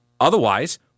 Otherwise